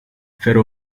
ferro